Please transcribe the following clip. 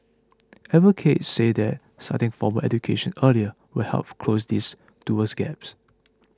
advocates say that starting formal education earlier will health close these dual gaps